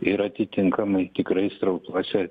ir atitinkamai tikrai srautuose